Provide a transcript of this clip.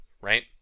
right